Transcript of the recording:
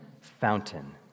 fountain